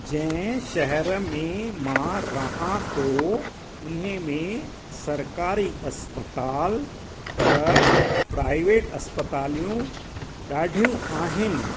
जंहिं शहर में मां रहां थो उन्हीअ में सरकारी इस्पतालि व प्राइवेट इस्पतालियूं ॾाढियूं आहिनि